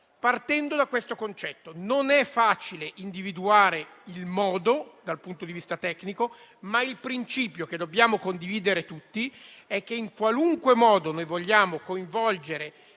futuri provvedimenti. Non è facile individuare il modo, dal punto di vista tecnico, ma il principio che dobbiamo condividere tutti è che, in qualunque modo noi vogliamo coinvolgere